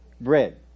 bread